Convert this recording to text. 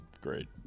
great